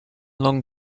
long